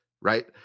right